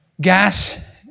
Gas